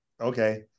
okay